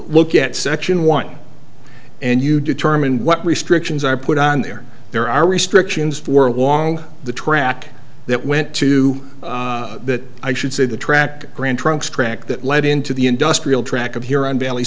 look at section one and you determine what restrictions are put on there there are restrictions for along the track that went to that i should say the track brand trunks track that led into the industrial track of here on bailey